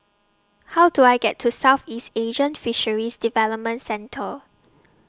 How Do I get to Southeast Asian Fisheries Development Centre